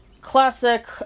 classic